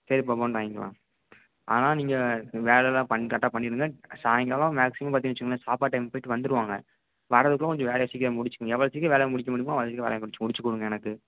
சரிப்பா போண்டா வாங்கிக்கலாம் ஆனால் நீங்கள் வேலைலாம் பண் கரெக்டாக பண்ணிடுங்க சாயங்காலம் மேக்சிமம் பார்த்தீங்கன்னு வச்சுங்களேன் சாப்பாட்டு டைமுக்கு போய்விட்டு வந்துடுவாங்க வரதுக்குள்ளே கொஞ்சம் வேலையை சீக்கிரம் முடிச்சுங்க எவ்வளோ சீக்கிரம் வேலையை முடிக்க முடியுமோ அவ்வளோ சீக்கிரம் வேலையை முடித்து முடித்து கொடுங்க எனக்கு